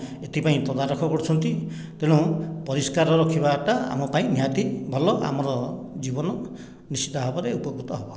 ଏଥିପାଇଁ ତଦାରଖ କରୁଛନ୍ତି ତେଣୁ ପରିଷ୍କାର ରଖିବାଟା ଆମ ପାଇଁ ନିହାତି ଭଲ ଆମର ଜୀବନ ନିଶ୍ଚିତ ଭାବରେ ଉପକୃତ ହବ